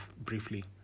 briefly